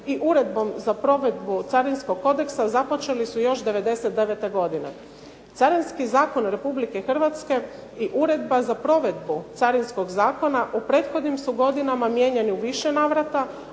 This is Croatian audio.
i Uredbom za provedbu Carinskog kodeksa započeli su još '99. godine. Carinski zakon RH i Uredba za provedbu carinskog zakona u prethodnim su godinama mijenjani u više navrata,